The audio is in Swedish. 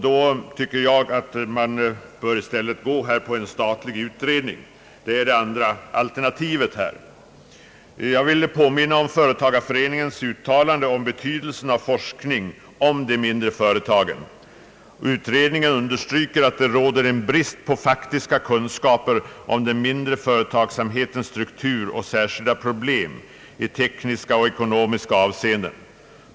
Då tycker jag att man i stället bör följa förslaget om en statlig utredning. Jag vill påminna om företagareföreningsutredningens uttalande om betydelsen av forskning rörande de mindre företagen. Utredningen understryker att det råder brist på faktiska kunskaper om den mindre företagsamhetens struktur och särskilda problem i tekniska och ekonomiska avseenden.